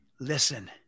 listen